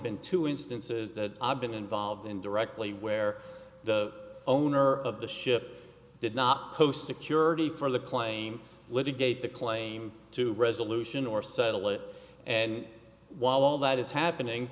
been two instances that i've been involved in directly where the owner of the ship did not post security for the claim litigate the claim to resolution or settle it and while all that is happening